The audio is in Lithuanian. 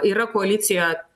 yra koalicijoje